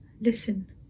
listen